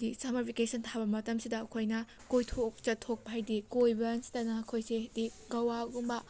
summer vacation ꯊꯥꯕ ꯃꯇꯝꯁꯤꯗ ꯑꯩꯈꯣꯏꯅ ꯀꯣꯏꯊꯣꯛ ꯆꯠꯊꯣꯛ ꯍꯥꯏꯕꯗꯤ ꯀꯣꯏꯕ ꯆꯠꯇꯅ ꯑꯩꯈꯣꯏꯁꯤ ꯍꯥꯏꯕꯗꯤ ꯒꯧꯋꯥꯒꯨꯝꯕ